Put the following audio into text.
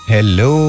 Hello